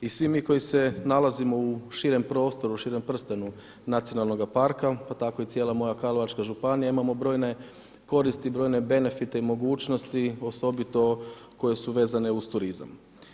I svi mi koji se nalazimo u širem prostoru, u širem prstenu nacionalnoga parka, pa tako i cijela moja Karlovačka županija imamo brojne koristi i brojne benefite i mogućnosti osobito koje su vezane uz turizam.